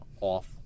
off